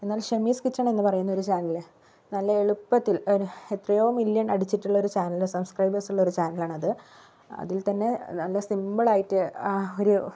Shamees kitchen എന്ന് പറയുന്ന ഒരു ചാനല് നല്ല എളുപ്പത്തില് എത്രയോ മില്യണ് അടിച്ചിട്ടുള്ള ഒരു ചാനല് സബ്സ്ക്രൈബേഴ്സ് ഉള്ളൊരു ചാനല് ആണ് അത് അതില് തന്നെ നല്ല സിമ്പിളായിട്ട് ആ ഒരു